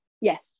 Yes